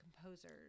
composers